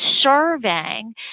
serving